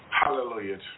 hallelujah